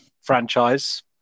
franchise